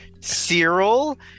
Cyril